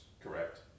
correct